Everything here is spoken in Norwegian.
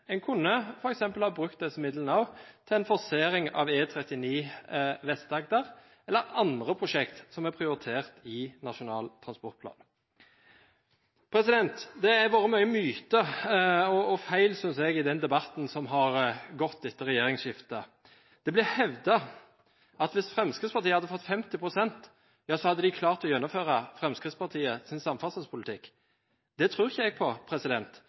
kunne f.eks. også brukt disse midlene til en forsering av E39 i Vest-Agder eller til andre prosjekter som er prioritert i Nasjonal transportplan. Det har vært mye myter og feil, synes jeg, i den debatten som har gått etter regjeringsskiftet. Det blir hevdet at hvis Fremskrittspartiet hadde fått 50 pst., hadde de klart å gjennomføre Fremskrittspartiets samferdselspolitikk. Det tror jeg ikke på, for jeg